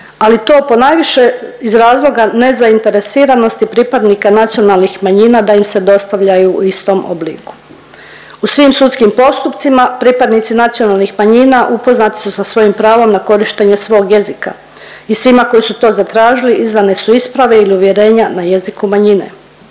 ali to ponajviše iz razloga nezainteresiranosti pripadnika nacionalnih manjina da im se dostavljaju u istom obliku. U svim sudskim postupcima pripadnici nacionalnih manjina upoznati su sa svojim pravom na korištenje svog jezika i svima koji su to zatražili izdane su isprave ili uvjerenja na jeziku manjine.